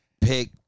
Pick